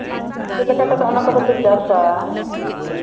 ᱪᱮᱫ ᱞᱮᱠᱟ ᱠᱟᱛᱮᱫ ᱚᱱᱟ ᱠᱚᱫᱚᱯᱮ ᱪᱟᱥᱟ